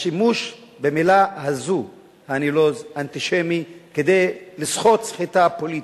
השימוש הנלוז במלה הזו "אנטישמי" כדי לסחוט סחיטה פוליטית.